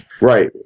right